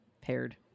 Paired